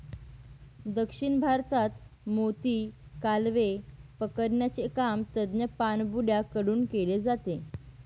दक्षिण भारतात मोती, कालवे पकडण्याचे काम तज्ञ पाणबुड्या कडून केले जाते